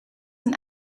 een